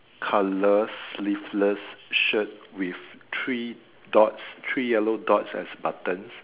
colour sleeveless shirt with three dots three yellow dots as buttons